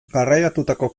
garraiatutako